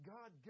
God